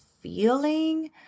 feeling